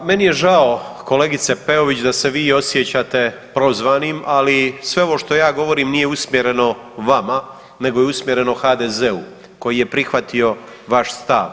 Pa meni je žao kolegice Peović da se vi osjećate prozvanim, ali sve ovo što ja govorim nije usmjereno vama nego je usmjereno HDZ-u koji je prihvatio vaš stav.